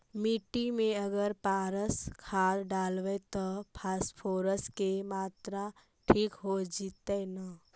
मिट्टी में अगर पारस खाद डालबै त फास्फोरस के माऋआ ठिक हो जितै न?